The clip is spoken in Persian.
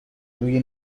روی